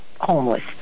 homeless